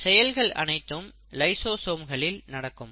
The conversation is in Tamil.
இந்த செயல்கள் அனைத்தும் லைசோசோம்களில் நடக்கும்